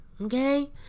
Okay